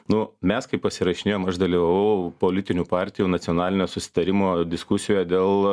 nu mes kai pasirašinėjom aš dalyvavau politinių partijų nacionalinio susitarimo diskusijoje dėl